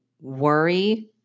worry